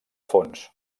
fons